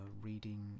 reading